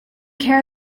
care